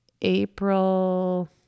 April